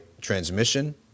transmission